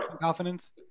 confidence